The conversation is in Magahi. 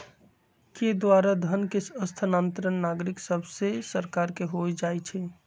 के द्वारा धन के स्थानांतरण नागरिक सभसे सरकार के हो जाइ छइ